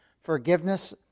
forgiveness